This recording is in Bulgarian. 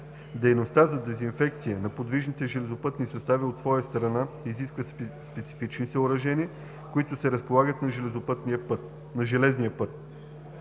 Дейността за дезинфекция на подвижни железопътни състави от своя страна изисква специфични съоръжения, които се разполагат на железния път.